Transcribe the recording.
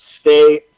stay